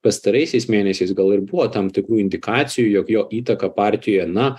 pastaraisiais mėnesiais gal ir buvo tam tikrų indikacijų jog jo įtaka partijoj na